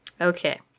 Okay